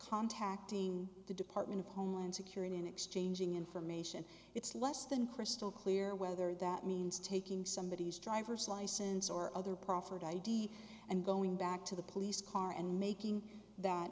contacting the department of homeland security and exchanging information it's less than crystal clear whether that means taking somebody his driver's license or other proffered i d and going back to the police car and making that